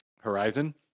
horizon